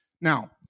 Now